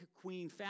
Queen